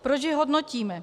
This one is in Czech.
Proč je hodnotíme?